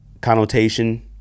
connotation